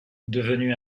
devenu